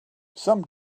some